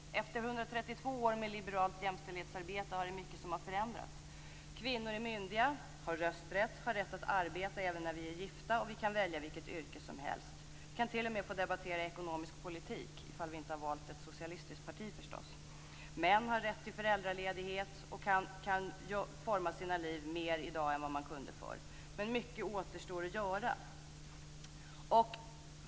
Efter 132 år med liberalt jämställdhetsarbete har mycket förändrats. Kvinnor är myndiga och har rösträtt. Vi har rätt att arbeta även när vi är gifta, och vi kan välja vilket yrke som helst. Vi kan t.o.m. få debattera ekonomisk politik, ifall vi inte har valt ett socialistiskt parti förstås. Män har rätt till föräldraledighet och kan forma sina liv mer i dag än vad de kunde förr. Men mycket återstår att göra.